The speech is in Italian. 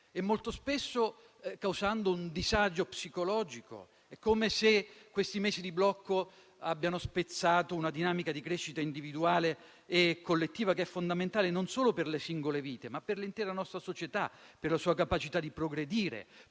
molto spesso causando un disagio psicologico. È come se questi mesi di blocco abbiano spezzato una dinamica di crescita individuale e collettiva, che è fondamentale non solo per le singole vite, ma per l'intera nostra società e per la sua capacità di progredire.